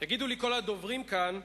יגידו לי כל הדוברים כאן,